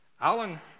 Alan